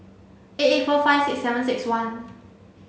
eight eight four five six seven six one